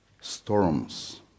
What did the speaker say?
storms